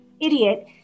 idiot